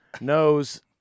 knows